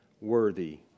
worthy